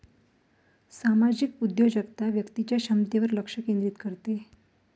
सामाजिक उद्योजकता व्यक्तीच्या क्षमतेवर लक्ष केंद्रित करते